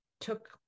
took